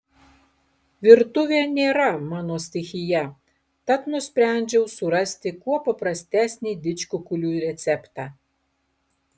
virtuvė nėra mano stichija tad nusprendžiau surasti kuo paprastesnį didžkukulių receptą